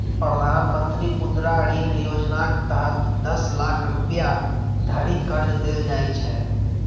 प्रधानमंत्री मुद्रा ऋण योजनाक तहत दस लाख रुपैया धरि कर्ज देल जाइ छै